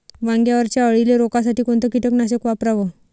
वांग्यावरच्या अळीले रोकासाठी कोनतं कीटकनाशक वापराव?